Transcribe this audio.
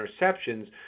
interceptions